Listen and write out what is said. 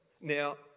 Now